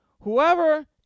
whoever